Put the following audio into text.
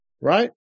right